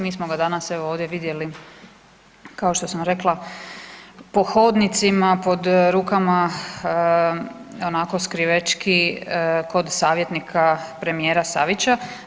Mi smo ga danas evo ovdje vidjeli kao što sam rekla po hodnicima pod rukama onako skrivečki kod savjetnika premijera, Savića.